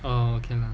oh okay lah